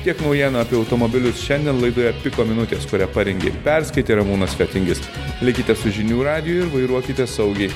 tiek naujienų apie automobilius šiandien laidoje piko minutės kurią parengė ir perskaitė ramūnas fetingis likite su žinių radiju ir vairuokite saugiai